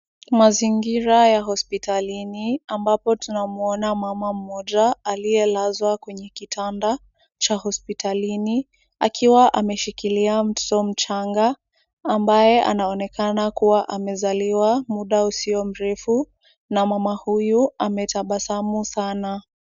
Mazingira ya hospitalini ambapo tunamwona mama moja aliyelazwa kwenye kitanda cha hospitalini, akiwa ameshikilia mtoto mchanga ambaye anaonekana kuwa amezaliwa muda usio mrefu na mama huyu ametabasamu sana.